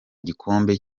igikombe